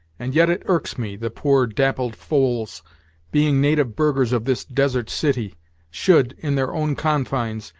and yet it irks me, the poor dappled foals being native burghers of this desert city should, in their own confines,